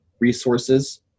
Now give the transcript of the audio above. resources